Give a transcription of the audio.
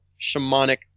shamanic